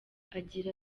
agira